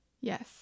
Yes